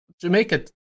Jamaica